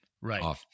Right